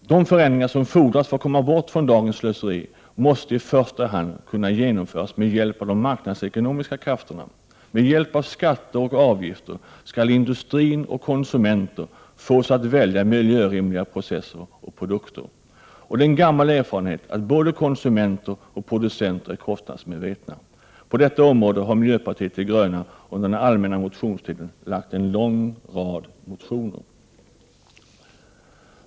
De förändringar som fordras för att komma bort från dagens slöseri måste i första hand kunna genomföras med hjälp av de marknadsekonomiska krafterna. Med hjälp av skatter och avgifter skall industrin och konsumenterna fås att välja miljörimligare processer och produkter. Det är en gammal erfarenhet att både konsumenter och producenter är kostnadsmedvetna. På detta område har miljöpartiet de gröna under den allmänna motionstiden väckt en lång rad motioner.